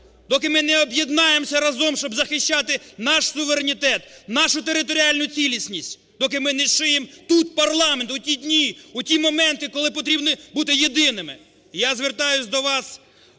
доки ми не об'єднаємося разом, щоб захищати наш суверенітет, нашу територіальну цілісність, доки ми не зшиємо тут парламент у ті дні, у ті моменти, коли потрібно бути єдиними. Я звертаюсь до вас,